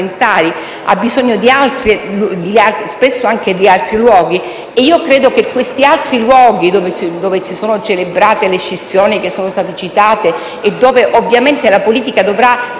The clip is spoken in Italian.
ha bisogno anche di altri luoghi e ritengo che gli altri luoghi, dove si sono celebrate le scissioni che sono state citate e dove ovviamente la politica avrà